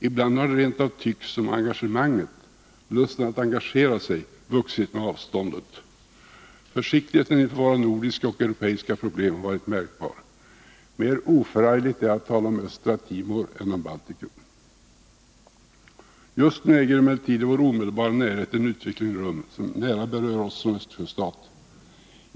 Ibland har det rent av tyckts som om engagemanget, lusten att engagera sig, vuxit med avståndet. Försiktigheten inför våra nordiska och europeiska problem har varit märkbar. Det är mer oförargligt att tala om Östra Timor än om Baltikum. Just nu äger emellertid i vår omedelbara närhet en utveckling rum, som nära berör oss som Östersjöstat.